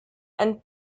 and